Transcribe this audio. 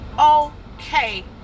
okay